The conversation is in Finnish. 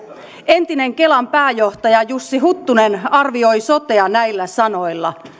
entinen kelan pääjohtaja jussi huttunen arvioi sotea näillä sanoilla